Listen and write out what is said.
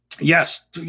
yes